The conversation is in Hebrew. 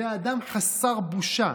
זה אדם חסר בושה,